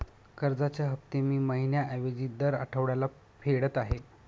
कर्जाचे हफ्ते मी महिन्या ऐवजी दर आठवड्याला फेडत आहे